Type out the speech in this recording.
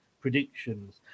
predictions